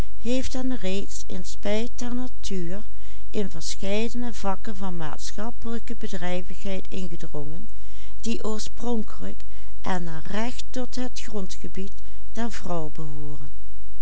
maatschappelijke bedrijvigheid ingedrongen die oorspronkelijk en naar recht tot het grondgebied der